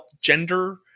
gender